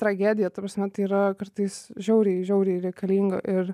tragedija ta prasme tai yra kartais žiauriai žiauriai reikalinga ir